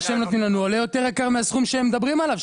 מה שהם נותנים לנו עולה יותר יקר מהסכום שהם מדברים עליו,